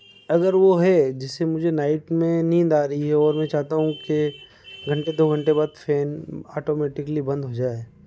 अगर वह है जिससे मुझे नाईट में नींद आ रही है और मैं चाहता हूँ के घंटे दो घंटे बाद फेन ऑटोमेटिकली बंद हो जाए